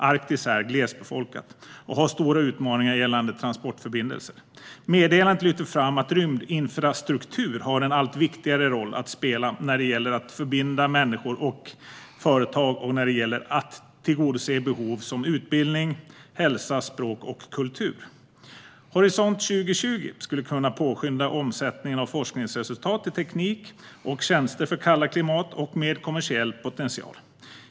Arktis är glesbefolkat och har stora utmaningar gällande transportförbindelser. Meddelandet lyfter fram att rymdinfrastruktur har en allt viktigare roll att spela när det gäller att förbinda människor och företag och när det gäller att tillgodose behov som utbildning, hälsa, språk och kultur. Horisont 2020 skulle kunna påskynda omsättningen av forskningsresultat till teknik och tjänster med kommersiell potential för kalla klimat.